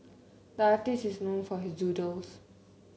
the artist is known for his doodles